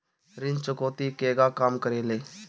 ऋण चुकौती केगा काम करेले?